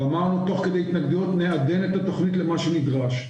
ואמרנו תוך כדי התנגדויות נעדן את התכנית למה שנדרש.